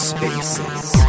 Spaces